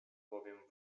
bowiem